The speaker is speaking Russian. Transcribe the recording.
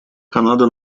канада